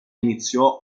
iniziò